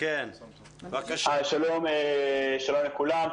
שלום לכולם.